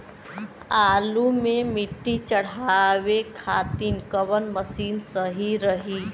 आलू मे मिट्टी चढ़ावे खातिन कवन मशीन सही रही?